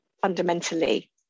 fundamentally